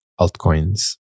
altcoins